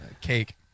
Cake